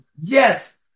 Yes